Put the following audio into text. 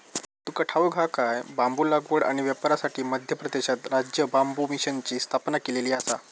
तुका ठाऊक हा काय?, बांबू लागवड आणि व्यापारासाठी मध्य प्रदेशात राज्य बांबू मिशनची स्थापना केलेली आसा